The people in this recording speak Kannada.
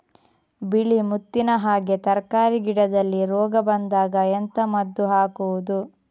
ಬಿಳಿ ಮುತ್ತಿನ ಹಾಗೆ ತರ್ಕಾರಿ ಗಿಡದಲ್ಲಿ ರೋಗ ಬಂದಾಗ ಎಂತ ಮದ್ದು ಹಾಕುವುದು?